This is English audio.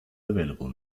available